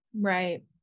Right